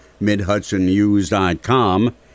MidHudsonNews.com